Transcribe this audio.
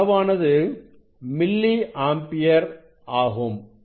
இந்த அளவானது milliampere ஆகும்